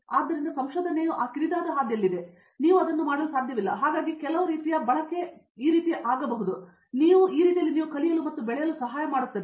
ಆದ್ದರಿಂದ ಸಂಶೋಧನೆಯು ಆ ಕಿರಿದಾದ ಹಾದಿಯಲ್ಲಿದೆ ಮತ್ತು ನೀವು ಅದನ್ನು ಮಾಡಲು ಸಾಧ್ಯವಿಲ್ಲ ಹಾಗಾಗಿ ಕೆಲವು ರೀತಿಯ ಬಳಕೆ ನೀವು ಈ ರೀತಿ ಹೋಗಬಹುದು ಮತ್ತು ಆ ರೀತಿಯಲ್ಲಿ ನೀವು ಕಲಿಯಲು ಮತ್ತು ಬೆಳೆಯಲು ಸಹಾಯ ಮಾಡುತ್ತದೆ